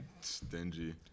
stingy